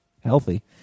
healthy